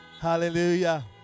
Hallelujah